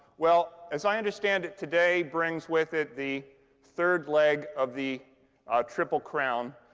well, as i understand it, today brings with it the third leg of the triple crown.